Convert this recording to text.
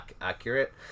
accurate